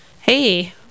hey